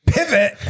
Pivot